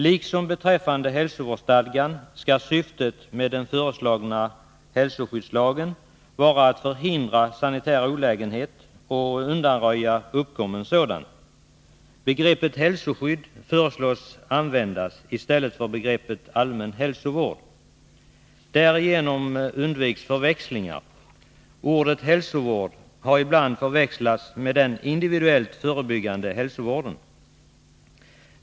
Liksom beträffande hälsovårdsstadgan skall syftet med den föreslagna hälsoskyddslagen vara att förhindra sanitär olägenhet och undanröja uppkommen sådan. Begreppet hälsoskydd föreslås bli använt i stället för begreppet allmän hälsovård. Därigenom undviks förväxlingar. Ordet hälsovård har ibland förväxlats med den individuellt förebyggande hälsovården.